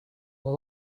were